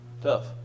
Tough